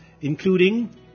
including